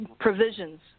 provisions